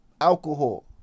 alcohol